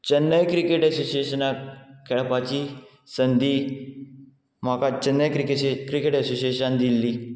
Chennai cricket एसोसिएशनाक खेळपाची संदी म्हाका चेन्नय क्रिकेस क्रिकेट एसोसिएशन दिल्ली